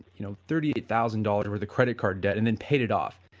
you know thirty eight thousand dollars with a credit card debt and then paid it off,